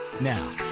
Now